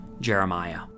Jeremiah